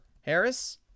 Harris